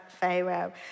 Pharaoh